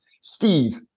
Steve